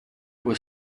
was